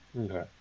Okay